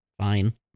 fine